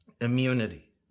immunity